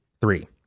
Three